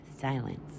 Silence